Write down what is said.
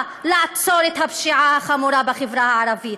לעצור את הפשיעה החמורה בחברה הערבית.